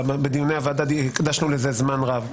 ובדיוני הוועדה הקדשנו לזה זמן רב.